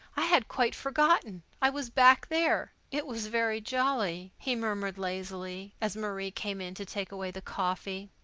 i had quite forgotten i was back there. it was very jolly, he murmured lazily, as marie came in to take away the coffee.